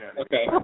Okay